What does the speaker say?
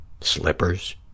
slippers